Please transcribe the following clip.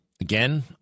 Again